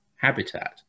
habitat